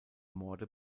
morde